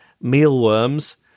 mealworms